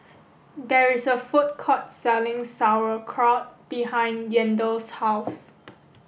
there is a food court selling Sauerkraut behind Yandel's house